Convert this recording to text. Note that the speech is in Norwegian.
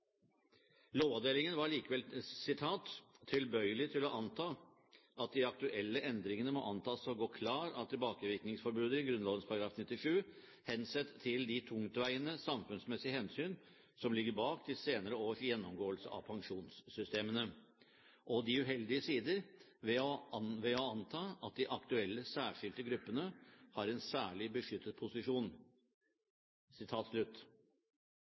Lovavdelingen var allikevel «tilbøyelig til å anta at de aktuelle endringene må antas å gå klar av tilbakevirkningsforbudet i Grunnloven § 97 hensett til de tungtveiende, samfunnsmessige hensynene som ligger bak de senere års gjennomgåelse av pensjonssystemene, og de uheldige sidene ved å anta at de aktuelle, særskilte gruppene har en særlig beskyttet posisjon».